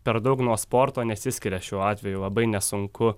per daug nuo sporto nesiskiria šiuo atveju labai nesunku